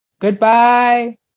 goodbye